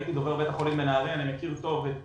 הייתי דובר בית החולים בנהריה, ואני מכיר טוב את